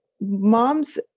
moms